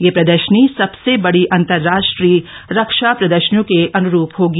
ये प्रदर्शनी सबसे बड़ी अंतर्राष्ट्रीय रक्षा प्रदर्शर्नियों के अनुरूप होगी